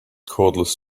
cordless